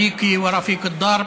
(אומר בערבית: חברי, ידידי וחברי לדרך)